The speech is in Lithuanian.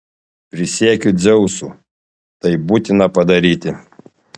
prisiekiu dzeusu tai būtina padaryti